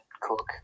cook